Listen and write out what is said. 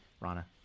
Rana